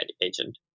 agent